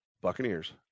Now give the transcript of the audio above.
Buccaneers